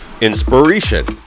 Inspiration